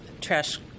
trash